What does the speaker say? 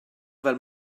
fel